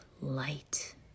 light